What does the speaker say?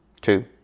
two